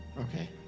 Okay